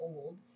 Old